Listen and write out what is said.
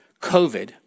COVID